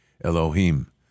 Elohim